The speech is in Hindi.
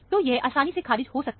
तो यह आसानी से खारिज हो सकता है